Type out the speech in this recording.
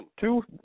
Two